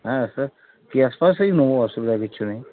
হ্যাঁ সে ক্যাশ পাশেই নেব অসুবিধা কিচ্ছু নেই